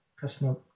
customer